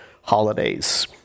holidays